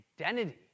identity